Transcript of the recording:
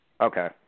Okay